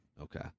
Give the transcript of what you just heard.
Okay